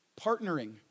partnering